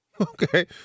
Okay